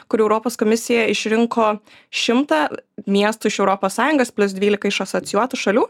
kur europos komisija išrinko šimtą miestų iš europos sąjungos plius dvylika iš asocijuotų šalių